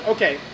Okay